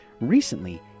Recently